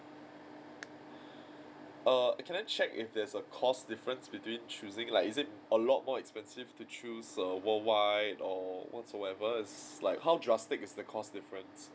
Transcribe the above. err can I check if there's a cost difference between choosing like is it a lot more expensive to choose a worldwide or whatsoever it's like how drastic is the cost difference